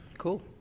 Cool